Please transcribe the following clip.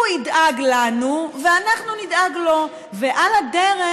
הוא ידאג לנו, ואנחנו נדאג לו, ועל הדרך,